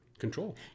control